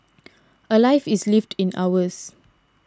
a life is lived in hours